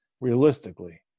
realistically